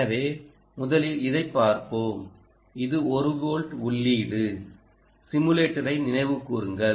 எனவே முதலில் இதைப் பார்ப்போம் இது 1 வோல்ட் உள்ளீடு சிமுலேட்டரை நினைவுகூருங்கள்